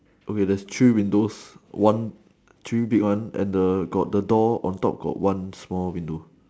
okay there's three windows one trim big one and the got the door on top got one small window